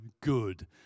good